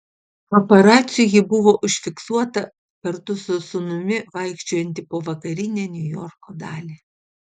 paparacių ji buvo užfiksuota kartu su sūnumi vaikščiojanti po vakarinę niujorko dalį